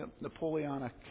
Napoleonic